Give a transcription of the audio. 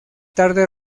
tarde